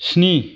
स्नि